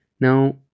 now